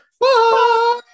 Bye